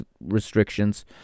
restrictions